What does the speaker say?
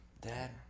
Dad